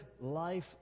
life